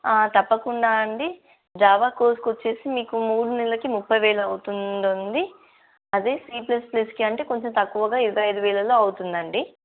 తప్పకుండా అండి Java course వచ్చి మీకు మూడు నెలకి ముప్పై వేలు అవుతుంది అండి అదే సీ ప్లస్ ప్లస్కి అంటే కొంచెం తక్కువగా ఇరవై ఐదు వేలలో అవుతుంది అండి